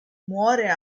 muore